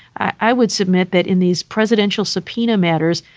i would submit that in these presidential subpoena matters,